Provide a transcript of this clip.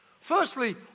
Firstly